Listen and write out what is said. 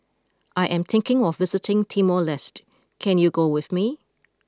I am thinking of visiting Timor Leste can you go with me